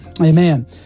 Amen